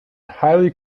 highly